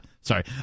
Sorry